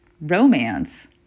romance